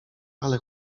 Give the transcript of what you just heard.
ale